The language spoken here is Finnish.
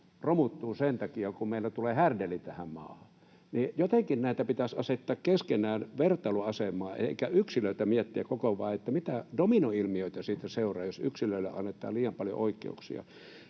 romuttuu sen takia, kun meillä tulee härdelli tähän maahan. Jotenkin näitä pitäisi asettaa keskenään vertailuasemaan eikä yksilöitä miettiä koko ajan, vaan mitä dominoilmiöitä siitä seuraa, jos yksilöille annetaan liian paljon oikeuksia.